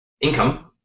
income